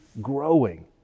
growing